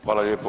Hvala lijepo.